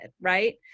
right